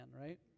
right